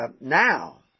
Now